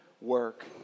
work